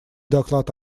доклад